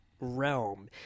realm